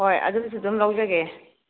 ꯍꯣꯏ ꯑꯗꯨꯁꯨ ꯑꯗꯨꯝ ꯂꯧꯖꯒꯦ